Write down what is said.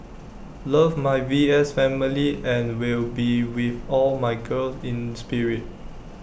love my V S family and will be with all my girls in spirit